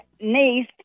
niece